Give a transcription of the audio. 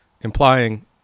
Implying